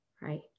right